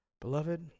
beloved